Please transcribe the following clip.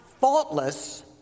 faultless